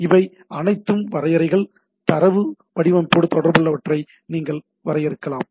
இவை அனைத்தும் வரையறைகள் தரவு வடிவமைப்போடு தொடர்புடையவற்றை நீங்கள் வரையறுக்கலாம்